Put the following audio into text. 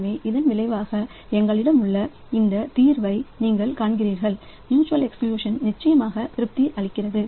எனவே இதன் விளைவாக எங்களிடம் உள்ள இந்த தீர்வை நீங்கள் காண்கிறீர்கள் மியூச்சுவல் எக்ஸ்கிளியூஷன் நிச்சயமாக திருப்தி அளிக்கிறது